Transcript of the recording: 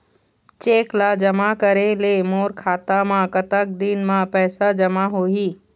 Cheque ला जमा करे ले मोर खाता मा कतक दिन मा पैसा जमा होही?